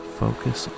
focus